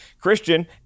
Christian